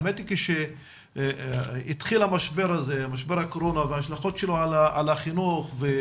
האמת כשהחל משבר הקורונה וההשלכות שלו על החינוך,